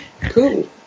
Cool